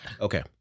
Okay